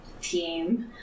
team